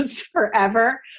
forever